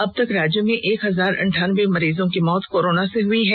अब तक राज्य में एक हजार अन्ठानबे मरीज की मौत कोरोना से हुई हैं